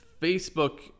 Facebook